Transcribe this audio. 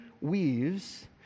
Weaves